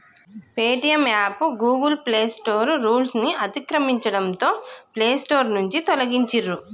Paytm app Google play store రూల్స్ను అతిక్రమించడంతో play store నుంచి తొలగించిర్రు